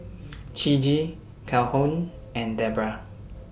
Ciji Calhoun and Debroah